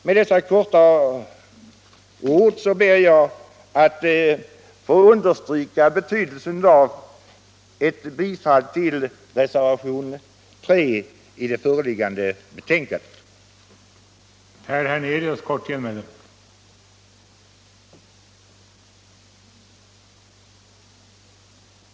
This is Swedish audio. Med dessa få ord ber jag att få understryka betydelsen av ett bifall till reservationen 3 i utrikesutskottets betänkande nr 4.